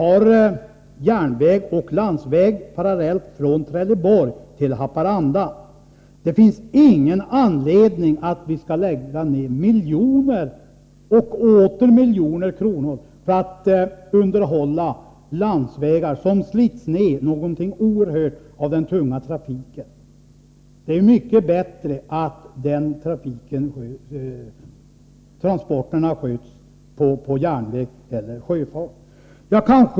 Från Trelleborg till Haparanda har vi järnväg och landsväg parallellt. Det finns ingen anledning att lägga ner miljoner och åter miljoner kronor på att underhålla landsvägar, som slits ner oerhört mycket av den tunga trafiken. Det är mycket bättre att de transporterna sker på järnväg eller med sjöfart.